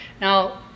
Now